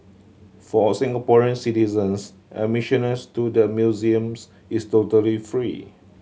for Singaporean citizens to the museums is totally free